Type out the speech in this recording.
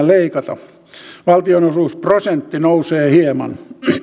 leikata valtionosuusprosentti nousee hieman